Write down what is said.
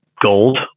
gold